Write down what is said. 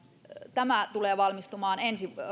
tämä tulee valmistumaan